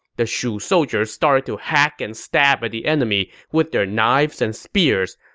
the shu soldiers started to hack and stab at the enemy with their knives and spears,